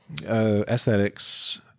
aesthetics